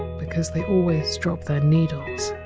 because they always drop their needles,